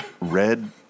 red